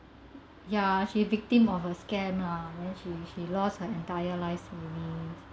ya she's victim of a scam lah then she she lost her entire life savings